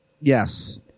Yes